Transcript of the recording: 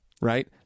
Right